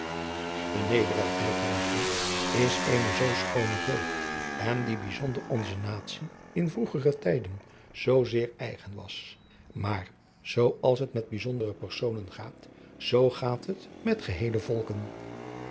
de nederigheid mijn vriend is eene zoo schoone deugd en die bijzonder onze natie in vroegere tijden zoo zeer eigen was maar zoo als het met bijzondere personen gaat zoo gaat het met geheele volken